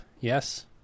Yes